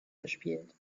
gespielt